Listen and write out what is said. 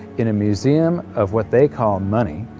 in a museum of what they call money.